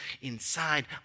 inside